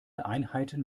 einheiten